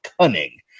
cunning